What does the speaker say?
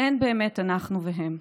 אין באמת אנחנו והם.